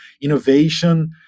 innovation